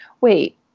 wait